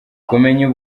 kumenya